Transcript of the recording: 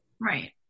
Right